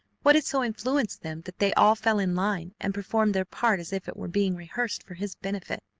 what had so influenced them that they all fell in line and performed their part as if it were being rehearsed for his benefit?